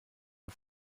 der